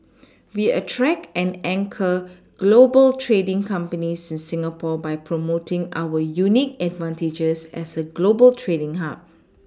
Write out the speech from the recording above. we attract and anchor global trading companies in Singapore by promoting our unique advantages as a global trading Hub